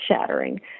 shattering